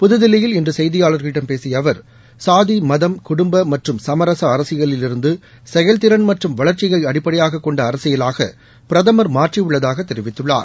புதுதில்லியில் இன்று செய்தியாளர்களிடம் பேசிய அவர் சாதி மதம் குடும்ப மற்றும் சமரச அரசியலில் இருந்து செயல்திறன் மற்றும் வளர்க்சியை அடிப்படையாக கொண்ட அரசியலாக பிரதமர் மாற்றியுள்ளதாக தெரிவித்துள்ளார்